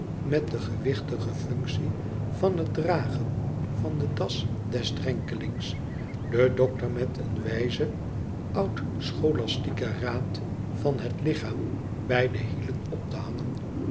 met de gewichtige functie van het dragen van de das des drenkelings den dokter met een wijzen oudscholastieken raad van het lichaam bij de hielen op te hangen